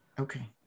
Okay